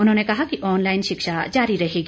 उन्होंने कहा कि ऑनलाईन शिक्षा जारी रहेगी